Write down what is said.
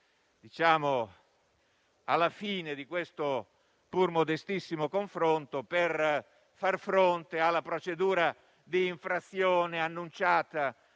alla fine di questo pur modestissimo confronto, per far fronte alla procedura di infrazione annunciata